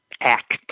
act